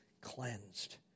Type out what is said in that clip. cleansed